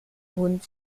hund